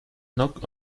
knock